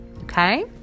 Okay